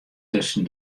tusken